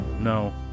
no